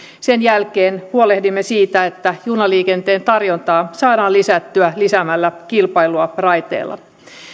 sen jälkeen huolehdimme siitä että junaliikenteen tarjontaa saadaan lisättyä lisäämällä kilpailua raiteilla